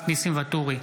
נוכחת ניסים ואטורי,